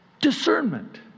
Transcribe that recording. discernment